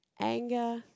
Anger